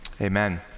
amen